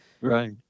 Right